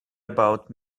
about